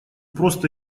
просто